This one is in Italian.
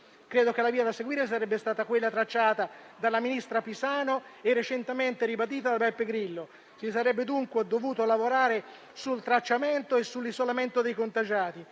Credo che la via da seguire sarebbe stata quella tracciata dalla ministra Pisano e recentemente ribadita da Beppe Grillo: si sarebbe dovuto lavorare sul tracciamento e sull'isolamento dei contagiati.